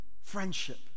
Friendship